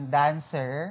dancer